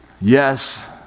yes